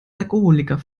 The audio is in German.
alkoholiker